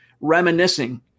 reminiscing